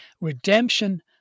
Redemption